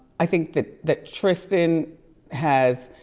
i think that that tristan has,